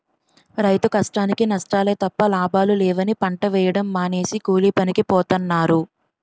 రైతు కష్టానికీ నష్టాలే తప్ప లాభాలు లేవని పంట వేయడం మానేసి కూలీపనికి పోతన్నారు